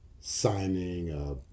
signing